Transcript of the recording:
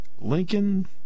Lincoln